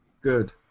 Good